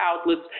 outlets